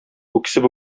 үксеп